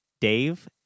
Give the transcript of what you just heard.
Dave